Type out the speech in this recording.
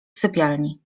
sypialni